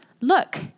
look